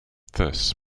this